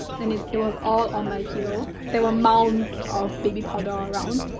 then, it was all on my pillow. there were mounds of baby powder all around.